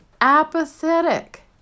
Apathetic